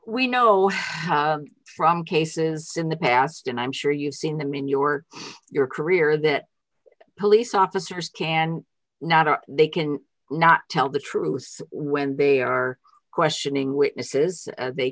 know from cases in the past and i'm sure you've seen them in your your career that police officers can not are they can not tell the truth when they are questioning witnesses they